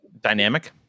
dynamic